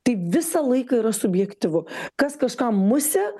tai visą laiką yra subjektyvu kas kažkam musė